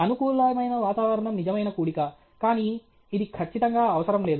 అనుకూలమైన వాతావరణం నిజమైన కూడిక కానీ ఇది ఖచ్చితంగా అవసరం లేదు